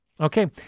Okay